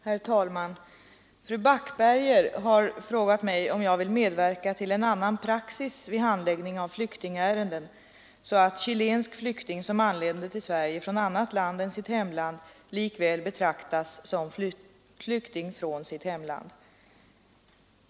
Herr talman! Fru Backberger har frågat mig om jag vill medverka till en annan praxis vid handläggningen av flyktingärenden, så att chilensk flykting, som anländer till Sverige från annat land än sitt hemland, likväl betraktas som flykting från sitt hemland.